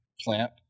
plant